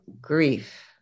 grief